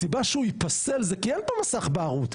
הסיבה שהוא ייפסל זה כי אין פה מסך בערות,